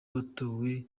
watowe